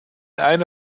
eine